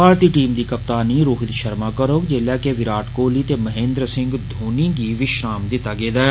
भारतीय टीम दी कप्तानी रोहित षर्मा करौग जेल्लै कि बिराट कोहली ते महेन्द्र सिंह धोनी गी विश्राम दिता गेदा ऐ